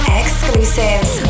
exclusives